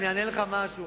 אני אענה לך משהו.